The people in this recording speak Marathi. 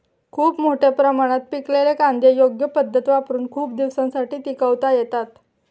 खूप मोठ्या प्रमाणात पिकलेले कांदे योग्य पद्धत वापरुन खूप दिवसांसाठी टिकवता येतात